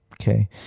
Okay